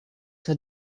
had